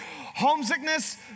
homesickness